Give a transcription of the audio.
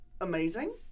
amazing